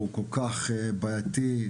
שהוא כל-כך בעייתי,